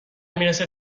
میرسه